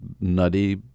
nutty